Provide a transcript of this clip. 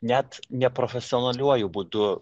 net ne profesionaliuoju būdu